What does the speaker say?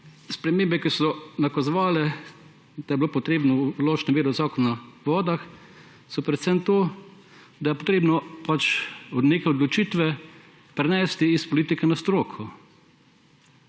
spremembe, ki so nakazovale, da bi bilo potrebno vložiti novelo Zakona o vodah, so predvsem to, da je treba pač neke odločitve prenesti s politike na stroko.